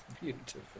beautiful